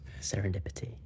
Serendipity